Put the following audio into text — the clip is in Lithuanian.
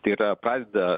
tai yra pradeda